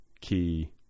key